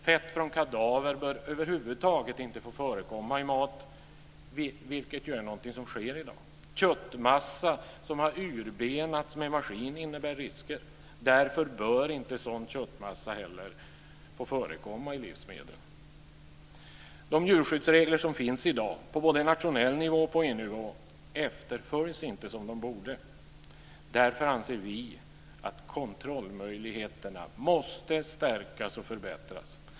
Fett från kadaver bör över huvud taget inte få förekomma i mat. Det är ju något som sker i dag. Köttmassa som har urbenats med maskin innebär risker. Därför bör inte sådan köttmassa heller få förekomma i livsmedel. De djurskyddsregler som finns i dag på både nationell nivå och EU-nivå efterföljs inte som de borde. Därför anser vi att kontrollmöjligheterna måste stärkas och förbättras.